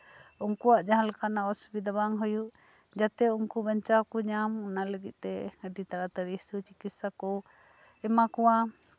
ᱩᱱᱠᱩᱣᱟᱜ ᱡᱟᱦᱟᱸ ᱞᱮᱠᱟᱱ ᱚᱥᱩᱵᱤᱫᱷᱟ ᱠᱚ ᱵᱟᱝ ᱦᱩᱭᱩᱜ ᱡᱟᱛᱮ ᱩᱱᱠᱩ ᱵᱟᱧᱪᱟᱣ ᱠᱚ ᱧᱟᱢ ᱚᱱᱟ ᱞᱟᱹᱜᱤᱫᱛᱮ ᱟᱹᱰᱤ ᱛᱟᱲᱟ ᱛᱟᱲᱤ ᱥᱩᱼᱪᱤᱠᱤᱛᱥᱟ ᱠᱚ ᱮᱢᱟ ᱠᱚᱣᱟ